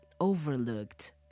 overlooked